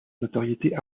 notoriété